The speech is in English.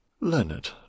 Leonard